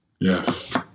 Yes